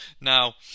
Now